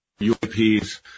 UAPs